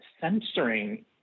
censoring